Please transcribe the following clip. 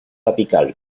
apical